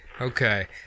Okay